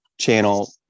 channel